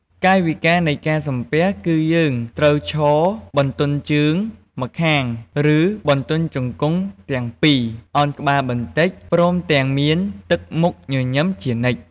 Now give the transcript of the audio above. កាយវិការនៃការសំពះ គឺយើងត្រូវឈរ បន្ទន់ជើងម្ខាងឬបន្ទន់ជង្គង់ទាំងពីរ ឱនក្បាលបន្តិច ព្រមទាំងមានទឹកមុខញញឹមជានិច្ច។